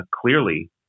clearly